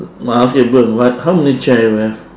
ah okay blue and white how many chair you have